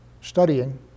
studying